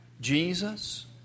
Jesus